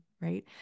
right